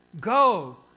go